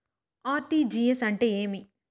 RTGS అంటే ఏమి